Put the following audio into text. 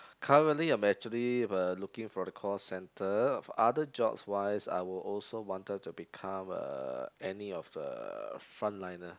currently I am actually uh looking for a call centre other jobs wise I will also wanted to become a any of uh front liner